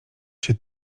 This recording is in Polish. czy